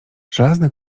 żelazne